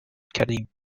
کردهایم